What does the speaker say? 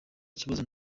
kibazo